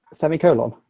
semicolon